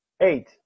eight